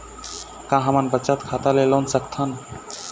का हमन बचत खाता ले लोन सकथन?